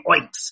oinks